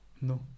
No